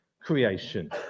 creation